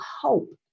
hope